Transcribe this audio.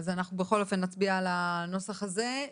בכל אופן נצביע על הנוסח הזה.